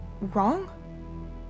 Wrong